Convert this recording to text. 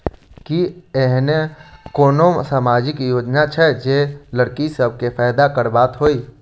की एहेन कोनो सामाजिक योजना छै जे लड़की सब केँ फैदा कराबैत होइ?